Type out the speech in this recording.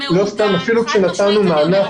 נתנו מענק